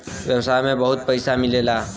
व्यवसाय में बहुत पइसा मिलेला